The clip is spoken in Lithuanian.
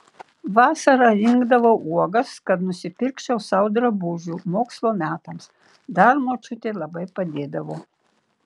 vasara rinkdavau uogas kad nusipirkčiau sau drabužių mokslo metams dar močiutė labai padėdavo